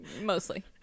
mostly